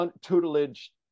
tutelage